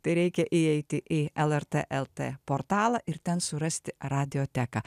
tai reikia įeiti į lrt lt portalą ir ten surasti radijoteką